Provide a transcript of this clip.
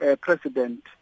president